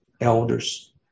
elders